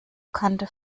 kannte